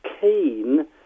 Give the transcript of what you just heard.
keen